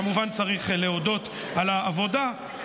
כמובן, צריך להודות על העבודה,